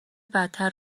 بدتر